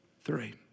three